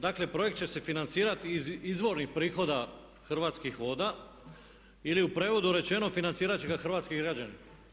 Dakle, projekt će se financirati iz izvornih prihoda Hrvatskih voda ili u prijevodu rečeno financirat će ga hrvatski građani.